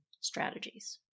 strategies